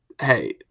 hey